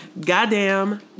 Goddamn